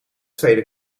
tweede